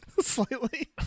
slightly